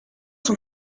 son